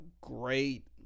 great